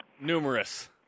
Numerous